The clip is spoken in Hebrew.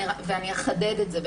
אני אחדד את זה.